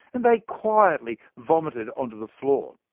and they quietly vomited onto the floor.